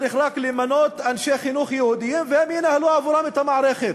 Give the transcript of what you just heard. צריך רק למנות אנשי חינוך יהודים והם ינהלו עבורם את המערכת.